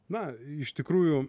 na iš tikrųjų